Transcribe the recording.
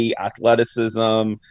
athleticism